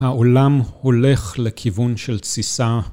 העולם הולך לכיוון של תסיסה.